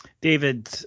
David